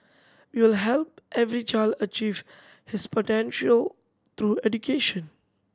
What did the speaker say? we will help every child achieve his potential through education